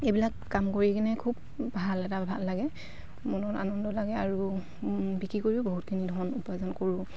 এইবিলাক কাম কৰি কিনে খুব ভাল এটা ভাল লাগে মনত আনন্দ লাগে আৰু বিক্ৰী কৰিও বহুতখিনি ধন উপাৰ্জন কৰোঁ